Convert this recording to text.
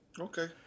Okay